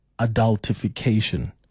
adultification